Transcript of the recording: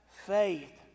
faith